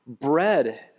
bread